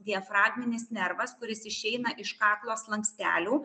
diafragminis nervas kuris išeina iš kaklo slankstelių